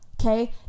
Okay